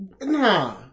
Nah